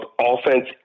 offense